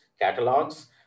catalogs